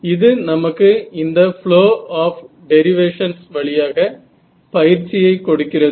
இது நமக்கு இந்த ஃப்ளோ ஆப் டெரிவேஷன்ஸ் வழியாக பயிற்சியை கொடுக்கிறது